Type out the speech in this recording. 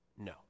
no